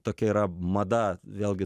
tokia yra mada vėlgi